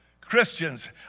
Christians